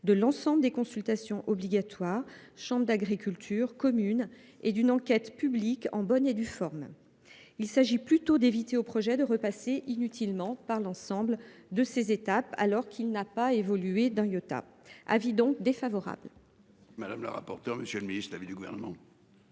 de l'ensemble des consultations obligatoires chambre d'agriculture commune et d'une enquête publique en bonne et due forme. Il s'agit plutôt d'éviter au projet de repasser inutilement par l'ensemble de ces étapes. Alors qu'il n'a pas évolué d'un iota. Avis donc défavorable. Madame la rapporteure. Monsieur le Ministre, de l'avis du gouvernement.